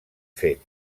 fet